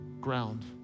ground